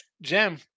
gem